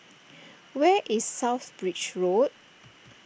where is South Bridge Road